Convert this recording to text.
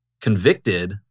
convicted